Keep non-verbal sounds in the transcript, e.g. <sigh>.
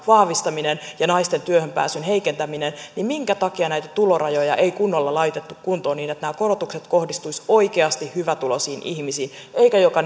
vahvistaminen ja naisten työhönpääsyn heikentäminen niin minkä takia näitä tulorajoja ei kunnolla laitettu kuntoon niin että nämä korotukset kohdistuisivat oikeasti hyvätuloisiin ihmisiin eivätkä joka <unintelligible>